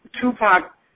Tupac